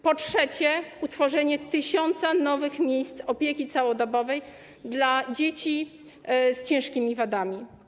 Po trzecie, utworzenie 1 tys. nowych miejsc opieki całodobowej dla dzieci z ciężkimi wadami.